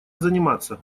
заниматься